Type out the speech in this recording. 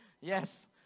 Yes